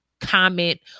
comment